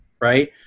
right